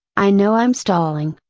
i know i'm stalling,